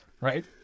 Right